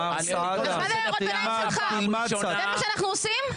בזמן הערות הביניים שלך, זה מה שאנחנו עושים?